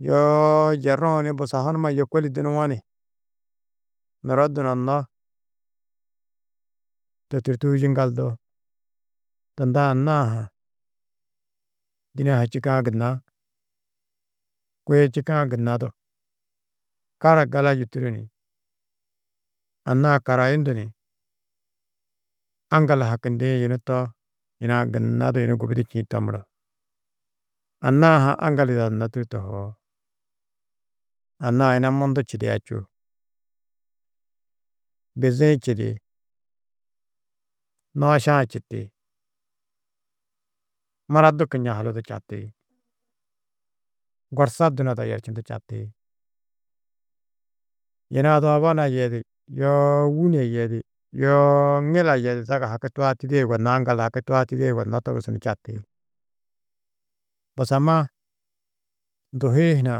Yoo, yeruũ ni busahu numa yôkoli dunuwo ni nuro dunonno, to tûrtuu yiŋgaldu tunda anna-ã ha dîne-ã ha čîkã gunna, kôe čîkã gunna du, kara gala yûturu ni, anna-ã karayundu ni aŋgal hakindĩ, yunu to yuna-ã gunna du yunu gubudi čîĩ to muro. Anna-ã ha aŋgal yidandunnó tûrtu tohoo, anna-ã yuna mundu čidi čûo:- Bizi-ĩ čidi, nooša-ã čiti, mura du kuñahulu du čati, gorsa dunada yerčindu čati, yina ada obona yeidu, yoo wûne yeidu, yoo ŋila yeidu, zaga haki tuatidîe yugonnãá yiŋgal du, haki tuatidîe yugonnó togusu ni čati. Busamma nduhui hunã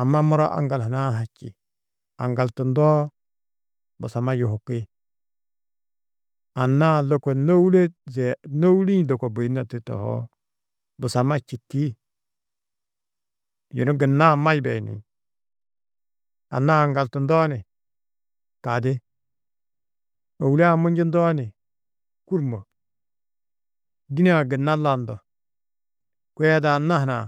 amma muro aŋgal hunã ha čî, aŋgaltundoo busamma yuhuki, anna-ã lôko nô ule zia nôwuli-ĩ buyunno tûrtu tohoo busamma čîti. Yunu gunna amma yibeyini, anna-ã aŋgaltundoo ni kadi, ôwule-ã munjundoo ni kûrmo, dîne-ã gunna landu! Kôe ada anna hunã